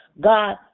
God